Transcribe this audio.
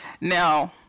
now